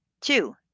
Two